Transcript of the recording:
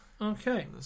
Okay